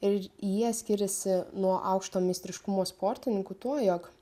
ir jie skiriasi nuo aukšto meistriškumo sportininkų tuo jog